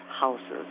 houses